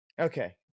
Okay